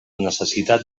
necessitat